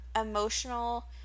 emotional